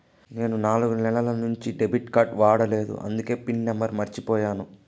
నేను నాలుగు నెలల నుంచి డెబిట్ కార్డ్ వాడలేదు అందికే పిన్ నెంబర్ మర్చిపోయాను